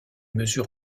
mesure